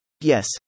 Yes